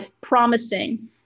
promising